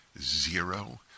Zero